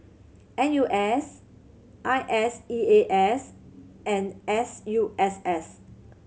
N U S I S E A S and S U S S